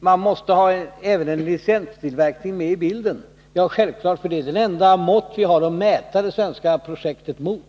man måste ha även en licenstillverkning med i bilden. Detta är självklart, för det är det enda mått vi har att mäta det svenska projektet med.